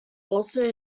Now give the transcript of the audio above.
also